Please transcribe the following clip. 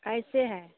कैसे है